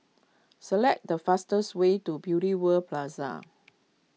select the fastest way to Beauty World Plaza